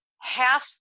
half